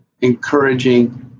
encouraging